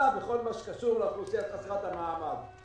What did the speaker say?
בכל מה שקשור באוכלוסייה חסרת המעמד.